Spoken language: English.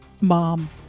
mom